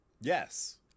Yes